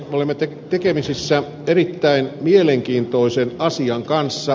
olemme tekemisissä erittäin mielenkiintoisen asian kanssa